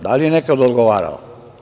Da li je nekada odgovarala?